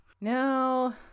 No